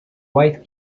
white